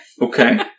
Okay